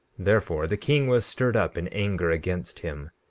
therefore the king was stirred up in anger against him,